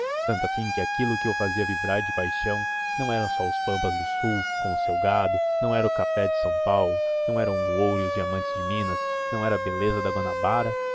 tanto assim que aquilo que o fazia vibrar de paixão não eram só os pampas do sul com o seu gado não era o café de são paulo não eram o ouro e os diamantes de minas não era a beleza da guanabara